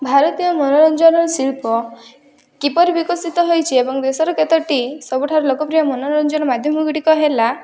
ଭାରତୀୟ ମନୋରଞ୍ଜନର ଶିଳ୍ପ କିପରି ବିକଶିତ ହେଇଛି ଏବଂ ଦେଶର କେତୋଟି ସବୁଠାରୁ ଲୋକପ୍ରିୟ ମନୋରଞ୍ଜନ ମାଧ୍ୟମ ଗୁଡ଼ିକ ହେଲା